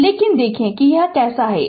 तो लेकिन देखें कि यह कैसा है